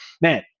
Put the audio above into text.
man